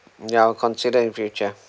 yeah I'll consider in future